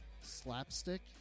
slapstick